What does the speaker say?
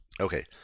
Okay